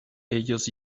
ellos